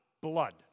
Blood